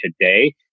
today